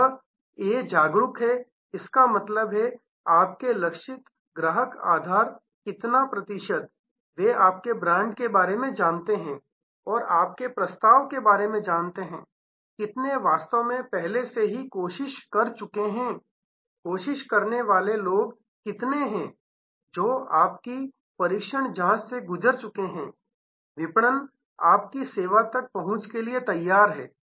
यह A जागरूक है इसका मतलब है आपके लक्षित ग्राहक आधार का कितना प्रतिशत वे आपके ब्रांड के बारे में जानते हैं आपके प्रस्ताव के बारे में जानते हैं कितने वास्तव में पहले से ही कोशिश कर चुके हैं कोशिश करने वाले लोग कितने है जो आपकी परीक्षण जांच से गुजर चुके हैं विपणन आपकी सेवा तक पहुंच के लिए तैयार है